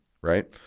right